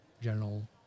general